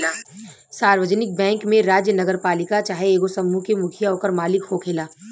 सार्वजानिक बैंक में राज्य, नगरपालिका चाहे एगो समूह के मुखिया ओकर मालिक होखेला